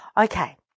Okay